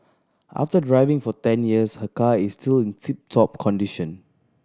after driving for ten years her car is still in tip top condition